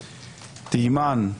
תימן,